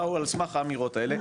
באו על סמך האמירות האלה,